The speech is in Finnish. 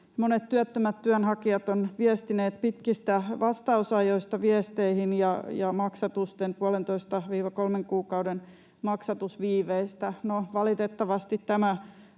Monet työttömät työnhakijat ovat viestineet pitkistä vastausajoista viesteihin ja maksatusten puolentoista—kolmen kuukauden maksatusviiveistä. No, valitettavasti tämä